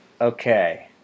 Okay